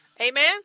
Amen